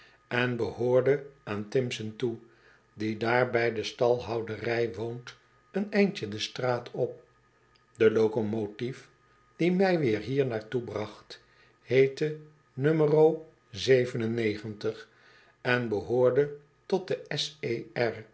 en behoorde aan timpson toe die daar bij de stalhouderij woont een eindje de straat op de locomotief die mij weer hier naar toe bracht en behoorde tot de